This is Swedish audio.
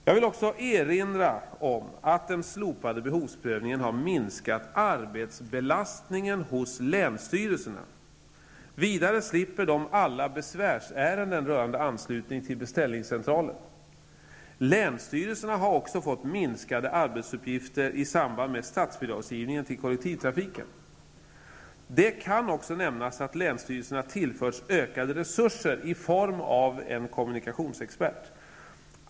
Jag vill också erinra om att den slopade behovsprövningen har minskat arbetsbelastningen hos länsstyrelserna. Vidare slipper de alla besvärsärenden rörande anslutning till beställningscentraler. Länsstyrelserna har även fått minskade arbetsuppgifter i samband med statsbidragsgivningen till kollektivtrafiken. Det kan också nämnas att länsstyrelserna tillförts ökade resurser i form av en kommunikationsexpert.